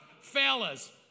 Fellas